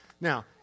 Now